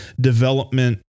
development